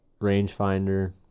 rangefinder